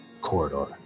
corridor